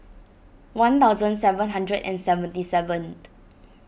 one thousand seven hundred and seventy seven